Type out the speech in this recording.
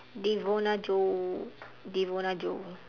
devona joe devona joe